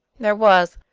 there was,